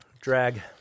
Drag